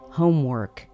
homework